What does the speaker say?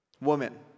Woman